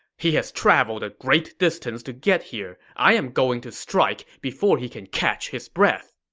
he has traveled a great distance to get here. i'm going to strike before he can catch his breath.